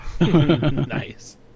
Nice